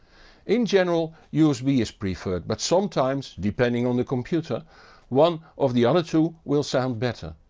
in general usb is preferred but sometimes depending on the computer one of the other two will sound better.